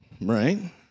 right